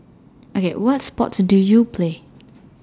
okay what sports do you play